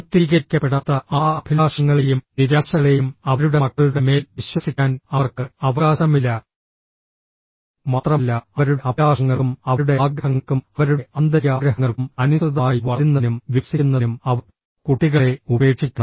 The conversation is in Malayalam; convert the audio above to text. പൂർത്തീകരിക്കപ്പെടാത്ത ആ അഭിലാഷങ്ങളെയും നിരാശകളെയും അവരുടെ മക്കളുടെ മേൽ വിശ്വസിക്കാൻ അവർക്ക് അവകാശമില്ല മാത്രമല്ല അവരുടെ അഭിലാഷങ്ങൾക്കും അവരുടെ ആഗ്രഹങ്ങൾക്കും അവരുടെ ആന്തരിക ആഗ്രഹങ്ങൾക്കും അനുസൃതമായി വളരുന്നതിനും വികസിക്കുന്നതിനും അവർ കുട്ടികളെ ഉപേക്ഷിക്കണം